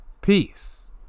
Peace